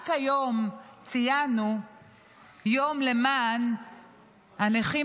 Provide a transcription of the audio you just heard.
רק היום ציינו יום למען הנכים